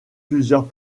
plusieurs